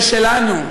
זה שלנו.